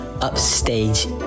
upstage